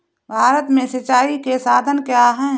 भारत में सिंचाई के साधन क्या है?